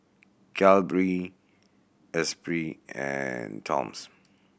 Calbee Esprit and Toms